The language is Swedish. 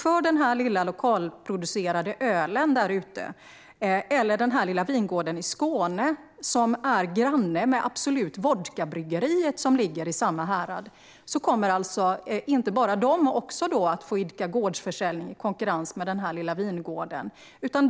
För den lilla producenten av den lokalproducerade ölen eller den lilla vingården i Skåne, granne med Absolut Vodka-bryggeriet i samma härad, innebär detta att de kommer att idka gårdsförsäljning i konkurrens med bryggeriet.